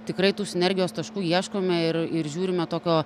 tikrai tų sinergijos taškų ieškome ir ir žiūrime tokio